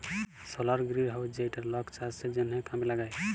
সলার greenhouse যেইটা লক চাষের জনহ কামে লাগায়